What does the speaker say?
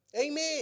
Amen